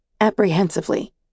apprehensively